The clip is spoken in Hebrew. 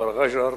כפר רג'ר,